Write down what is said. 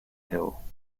hill